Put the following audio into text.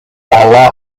ала